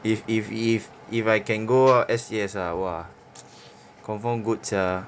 if if if if I can go S_C_S ah !wah! confirm good sia